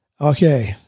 Okay